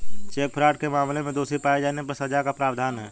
check fraud के मामले में दोषी पाए जाने पर सजा का प्रावधान है